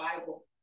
Bible